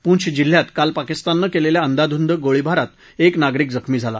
पूंछ जिल्ह्यात काल पाकिस्ताननं केलेल्या अंदाधुंद गोळीबारात एक नागरिक जखमी झाला